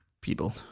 people